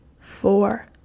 four